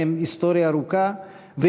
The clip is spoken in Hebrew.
יש להם היסטוריה ארוכה,